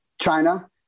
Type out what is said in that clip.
China